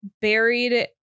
buried